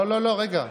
לא, לא, רגע.